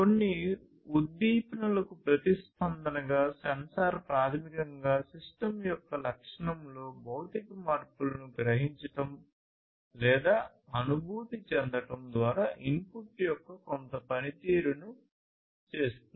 కొన్ని ఉద్దీపనలకు ప్రతిస్పందనగా సెన్సార్ ప్రాథమికంగా సిస్టమ్ యొక్క లక్షణంలో భౌతిక మార్పులను గ్రహించడం లేదా అనుభూతి చెందడం ద్వారా ఇన్పుట్ యొక్క కొంత పనితీరును చేస్తుంది